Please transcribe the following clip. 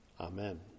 Amen